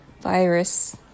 virus